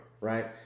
right